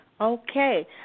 Okay